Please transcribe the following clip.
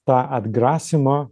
tą atgrasymą